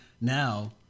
now